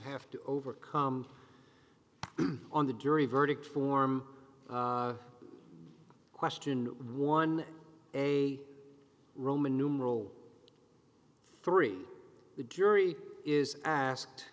have to overcome on the jury verdict form question rule one a roman numeral three the jury is asked